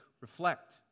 reflect